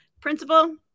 principal